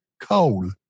Coal